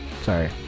sorry